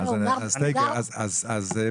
אני גם ממשרד הביטחון,